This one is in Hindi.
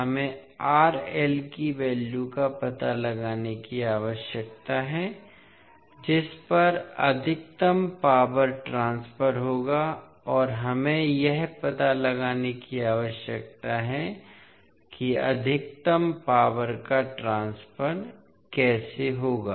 हमें की वैल्यू का पता लगाने की आवश्यकता है जिस पर अधिकतम पावर ट्रांसफर होगा और हमें यह पता लगाने की आवश्यकता है कि अधिकतम पावर का ट्रांसफर कैसे होगा